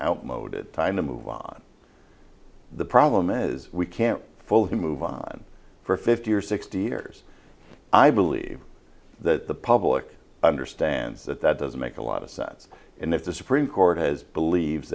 outmoded time to move on the problem is we can't fully move on for fifty or sixty years i believe that the public understands that that doesn't make a lot of sense and if the supreme court has believes